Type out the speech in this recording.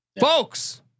Folks